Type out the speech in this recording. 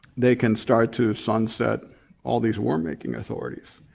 they can start to sunset all these war making authorities.